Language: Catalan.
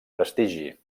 prestigi